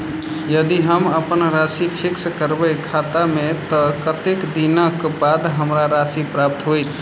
यदि हम अप्पन राशि फिक्स करबै खाता मे तऽ कत्तेक दिनक बाद हमरा राशि प्राप्त होइत?